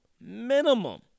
minimum